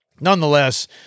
Nonetheless